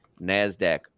NASDAQ